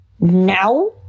now